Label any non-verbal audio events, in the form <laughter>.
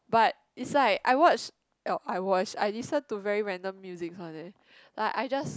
but is like I watch <noise> I watch I listen to very random music ones eh like I just